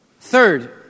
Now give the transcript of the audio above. Third